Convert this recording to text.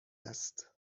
است